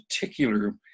particular